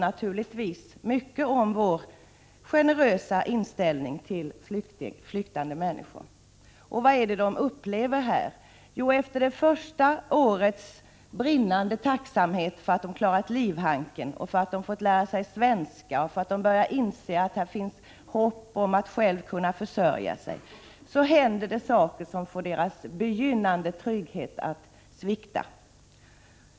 Naturligtvis hörde de mycket om vår generösa inställning till flyktingar. Vad upplever de då här? Jo, efter det första årets brinnande tacksamhet för att de klarat livhanken och för att de har fått lära sig svenska, och då de börjat inse att det finns hopp om att själva kunna försörja sig, händer det saker som får deras begynnande trygghet att svikta.